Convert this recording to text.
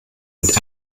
mit